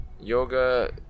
yoga